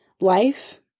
Life